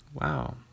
wow